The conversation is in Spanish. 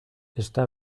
está